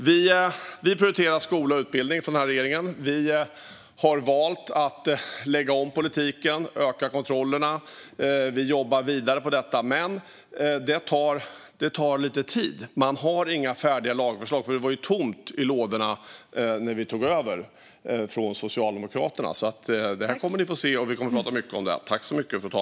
Regeringen prioriterar skola och utbildning. Vi har valt att lägga om politiken och öka kontrollerna. Vi jobbar vidare med dessa frågor, men det tar lite tid. Det finns inga färdiga lagförslag, eftersom det var tomt i lådorna när vi tog över från Socialdemokraterna. Ni kommer att få se, och vi kommer att prata mycket om detta.